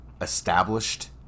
established